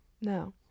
no